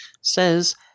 says